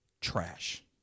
trash